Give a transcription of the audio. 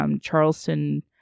Charleston